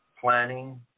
planning